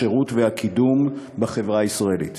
השירות והקידום בחברה הישראלית.